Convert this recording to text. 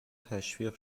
تشویق